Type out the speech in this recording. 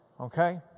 okay